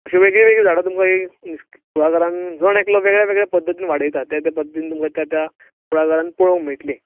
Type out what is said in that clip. अशीं वेगळीं वेगळीं झाडां तुमकां कुळागरांत जण एकलो वेगळे वेगळे पद्दतीन वाडयता ते ते पद्दतीन तुमकां त्या त्या कुळागरांत पळोवंक मेळटलीं